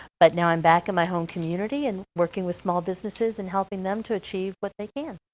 but now i'm back in my home community and working with small businesses and helping them to achieve what they can.